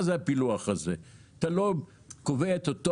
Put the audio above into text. הפילוח הזה הכוונה שאתה לא קובע את אותו